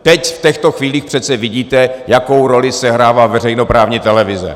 Teď, v těchto chvílích, přece vidíte, jakou roli sehrává veřejnoprávní televize.